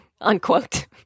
Unquote